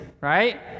right